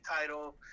title